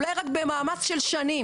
אולי רק במאמץ של שנים.